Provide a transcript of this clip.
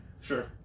Sure